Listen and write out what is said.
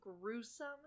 gruesome